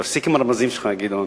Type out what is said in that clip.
תפסיק עם הרמזים שלך, גדעון.